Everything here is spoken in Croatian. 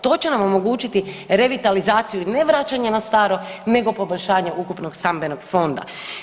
To će nam omogućiti revitalizaciju i ne vraćanje na staro nego poboljšanje ukupnog stambenog fonda.